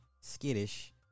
skittish